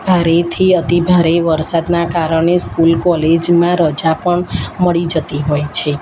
ભારેથી અતિ ભારે વરસાદનાં કારણે સ્કૂલ કોલેજમાં રજા પણ મળી જતી હોય છે